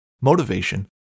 motivation